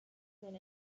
when